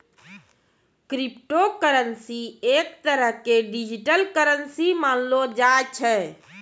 crypto currency एक तरह के डिजिटल करन्सी मानलो जाय छै